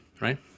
right